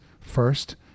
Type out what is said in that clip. first